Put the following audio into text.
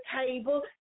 table